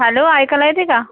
hello ऐकायला येते का